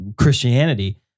Christianity